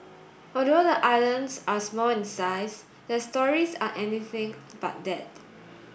although the islands are small in size their stories are anything but that